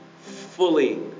fully